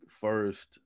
first